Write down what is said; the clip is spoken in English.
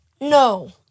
No